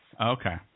Okay